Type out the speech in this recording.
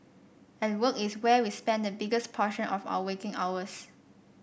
and work is where we spend the biggest portion of our waking hours